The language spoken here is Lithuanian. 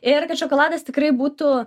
ir kad šokoladas tikrai būtų